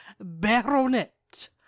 baronet